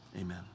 Amen